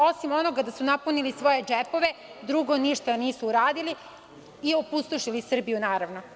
Osim onoga da su napunili svoje džepove, drugo ništa nisu uradili i opustošili Srbiju naravno.